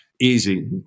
easy